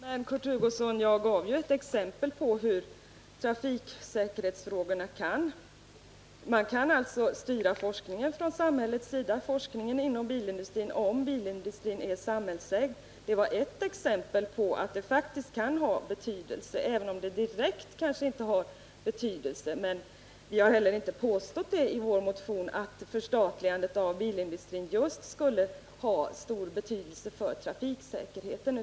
Herr talman! Jag gav ju, Kurt Hugosson, ett exempel på hur samhället kan styra forskningen inom bilindustrin, om denna är samhällsägd. Detta är ett exempel på att det faktiskt kan ha en viss betydelse. Det har kanske inte någon större betydelse, men vi har inte heller påstått i vår motion att förstatligandet av bilindustrin skulle ha stor betydelse för just trafiksäkerheten.